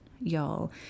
Y'all